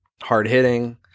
hard-hitting